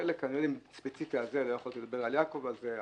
החלק הספציפי הזה לא יכולתי ממש לדבר עם יעקב אשר על זה,